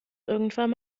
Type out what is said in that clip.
irgendwann